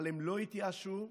אבל הם לא התייאשו והמשיכו.